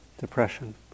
depression